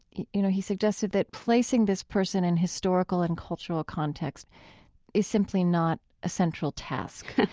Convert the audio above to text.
you know, he suggested that placing this person in historical and cultural context is simply not a central task.